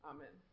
Amen